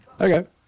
Okay